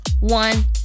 one